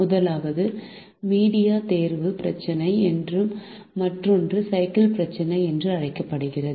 முதலாவது மீடியா தேர்வு பிரச்சினை என்றும் மற்றொன்று சைக்கிள் பிரச்சினை என்றும் அழைக்கப்படுகிறது